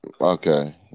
Okay